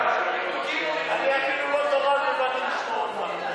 אני אפילו לא תורן ובאתי לשמוע אותך.